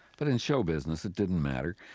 but in show business, it didn't matter.